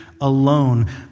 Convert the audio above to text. alone